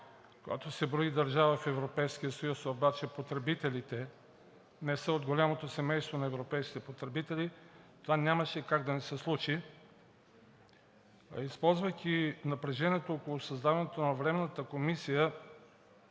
която се брои държава в Европейския съюз, обаче потребителите не са от голямото семейство на европейските потребители, това нямаше как да не се случи. Използвайки напрежението около създаването на Временната комисия,